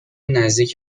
نزدیک